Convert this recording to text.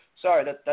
sorry